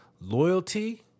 loyalty